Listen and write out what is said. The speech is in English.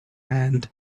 hand